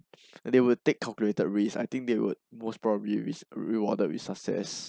they will take calculated risks I think they would most probably is rewarded with success mm and so